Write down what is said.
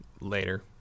Later